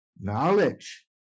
Knowledge